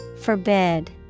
Forbid